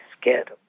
scared